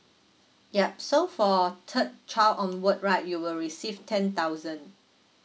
yup so for third child onward right you will receive ten thousand